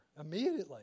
immediately